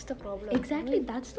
then how would you fix the problem